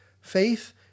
Faith